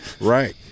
right